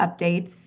updates